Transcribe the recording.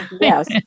Yes